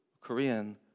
Korean